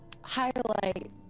highlight